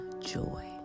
joy